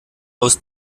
aus